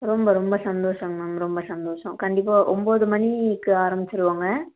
ரொம்ப ரொம்ப சந்தோஷங்க மேம் ரொம்ப சந்தோஷம் கண்டிப்பாக ஒம்பது மணிக்கு ஆரமிச்சிடுவோங்க